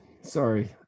Sorry